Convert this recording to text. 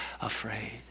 afraid